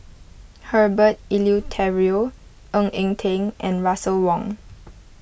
Herbert Eleuterio Ng Eng Teng and Russel Wong